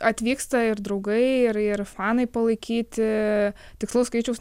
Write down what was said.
atvyksta ir draugai ir ir fanai palaikyti tikslaus skaičiaus